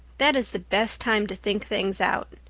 that is the best time to think things out.